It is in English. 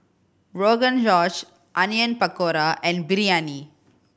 Rogan Josh Onion Pakora and Biryani